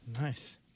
Nice